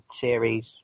series